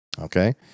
okay